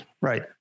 Right